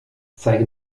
zeige